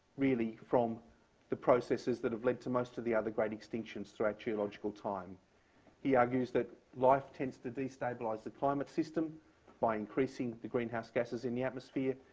really, from the processes that have led to most of the other great extinctions throughout geological time he argues that life tends to destabilize the climate system by increasing the greenhouse gases in the atmosphere.